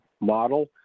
model